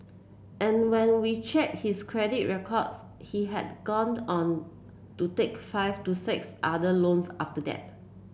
and when we checked his credit records he had gone on to take five to six other loans after that